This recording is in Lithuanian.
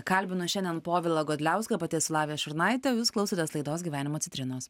kalbinu šiandien povilą godliauską pati esu lavija šurnaitė jūs klausotės laidos gyvenimo citrinos